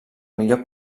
millor